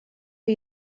que